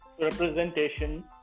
representation